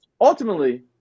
ultimately